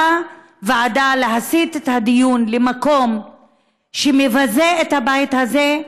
באה ועדה להסיט את הדיון למקום שמבזה את הבית הזה,